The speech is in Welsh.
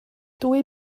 dwy